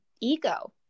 ego